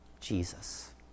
Jesus